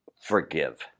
forgive